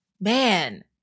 man